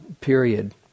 period